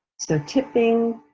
so tipping